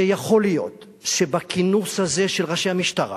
שיכול להיות שבכינוס הזה של ראשי המשטרה